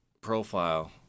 profile